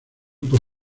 por